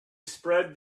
spread